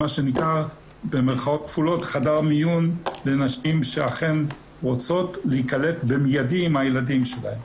מה שנקרא חדר מיון לנשים שאכן רוצות להיקלט במיידי עם הילדים שלהן.